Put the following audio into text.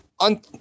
On